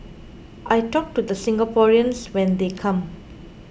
I talk to the Singaporeans when they come